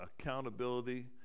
accountability